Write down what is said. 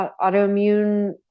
autoimmune